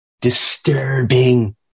disturbing